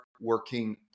working